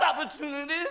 opportunities